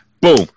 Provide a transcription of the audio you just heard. boom